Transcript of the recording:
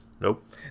Nope